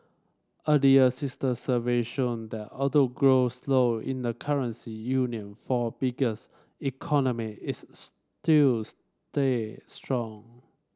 earlier sister survey showed that although growth slowed in the currency union four biggest economy its still stayed strong